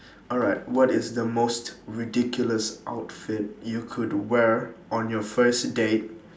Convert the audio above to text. alright what is the most ridiculous outfit you could wear on your first date